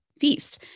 feast